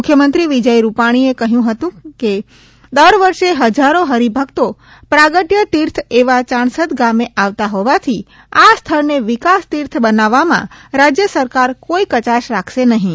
મુખ્યમંત્રી વિજયભાઇ રૂપાણી એ કહ્યું હતું કેદર વર્ષે હજારો હરિભક્તો પ્રાગટ્યતિથી એવા યાણસદ ગામે આવતા હોવાથી આ સ્થળને વિકાસ તીર્થ બનાવવામાં રાજ્ય સરકાર કોઇ કચાશ રાખશે નહિં